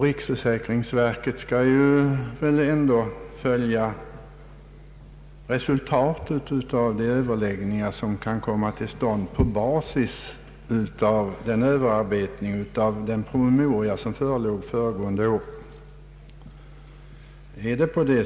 Riksförsäkringsverket skall väl ändå följa resultatet av de överläggningar som kan komma till stånd på basis av en överarbetning av den promemoria vilken förelåg förra året.